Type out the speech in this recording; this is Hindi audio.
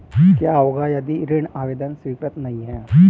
क्या होगा यदि ऋण आवेदन स्वीकृत नहीं है?